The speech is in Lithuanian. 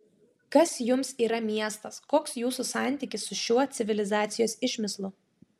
kas jums yra miestas koks jūsų santykis su šiuo civilizacijos išmislu